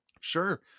Sure